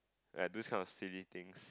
like do this kind of silly things